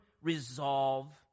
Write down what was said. resolve